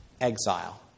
exile